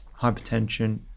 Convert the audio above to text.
hypertension